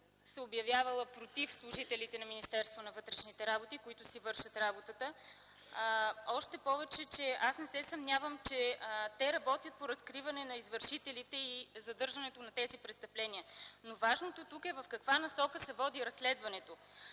обявявала против служителите на Министерството на вътрешните работи, които си вършат работата. Аз не се съмнявам, че те работят по разкриването на извършителите и задържането на престъпниците. Важното тук обаче е в каква насока се води разследването.